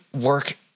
work